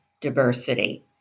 diversity